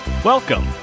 Welcome